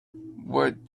what